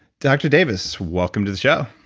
dr. davis, welcome to the show.